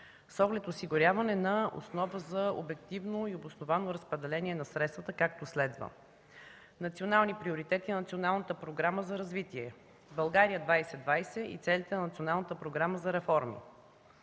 с оглед осигуряване на основа за обективно и обосновано разпределение на средствата, както следва: национални приоритети – Националната програма за развитие „България 2020” и целите на Националната програма за реформи;